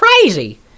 crazy